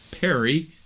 Perry